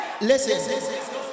listen